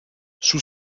sul